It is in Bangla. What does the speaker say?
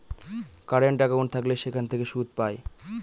কারেন্ট একাউন্ট থাকলে সেখান থেকে সুদ পায়